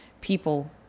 people